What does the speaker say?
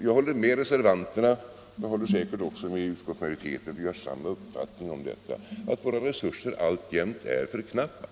Jag håller med reservanterna — och säkerligen också utskottsmajoriteten, ty vi har samma uppfattning om detta — att våra resurser alltjämt är för knappa.